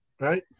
right